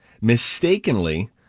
mistakenly